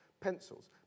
pencils